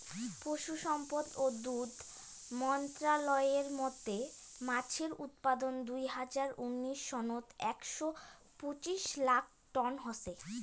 পশুসম্পদ ও দুধ মন্ত্রালয়ের মতে মাছের উৎপাদন দুই হাজার উনিশ সনত একশ পঁচিশ লাখ টন হসে